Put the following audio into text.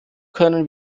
können